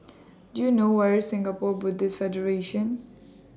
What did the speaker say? Do YOU know Where IS Singapore Buddhist Federation